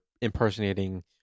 impersonating